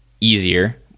easier